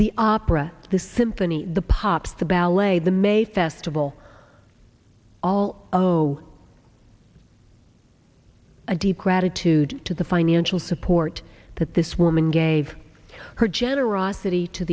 the opera the symphony the pops the ballet the mae festival all oh a deep gratitude to the financial support that this woman gave her generosity to